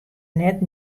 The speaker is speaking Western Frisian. net